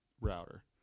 router